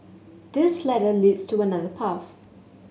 this ladder leads to another path